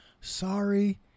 Sorry